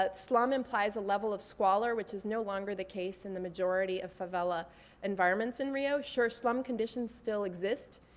ah slum implies a level of squalor which is no longer the case in the majority of favela environments in rio. sure, slum conditions still exist.